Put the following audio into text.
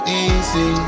easy